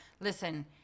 Listen